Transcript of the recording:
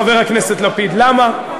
חבר הכנסת לפיד, למה?